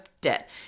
debt